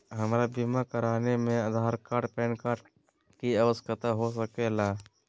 हमरा बीमा कराने में आधार कार्ड पैन कार्ड की आवश्यकता हो सके ला?